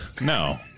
No